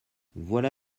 voilà